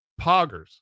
poggers